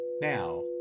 Now